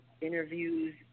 interviews